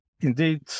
indeed